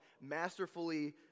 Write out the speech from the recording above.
masterfully